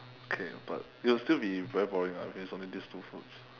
okay but it'll still be very boring ah if it's only these two foods